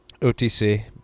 OTC